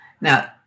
Now